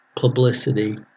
publicity